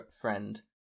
friend